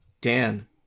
Dan